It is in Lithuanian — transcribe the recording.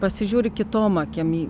pasižiūri kitom akim